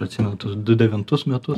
atsimenu tuos du devintus metus